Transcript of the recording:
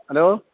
hello